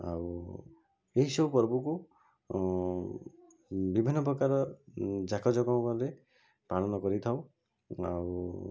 ଆଉ ଏହିସବୁ ପର୍ବକୁ ବିଭିନ୍ନ ପ୍ରକାର ଜାକଜମକରେ ପାଳନ କରିଥାଉ ଆଉ